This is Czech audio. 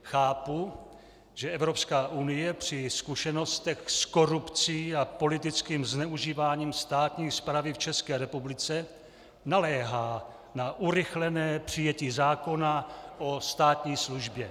Chápu, že Evropská unie při zkušenostech s korupcí a politickým zneužíváním státní správy v České republice naléhá na urychlené přijetí zákona o státní službě.